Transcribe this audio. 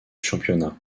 championnat